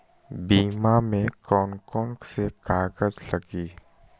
बीमा में कौन कौन से कागज लगी?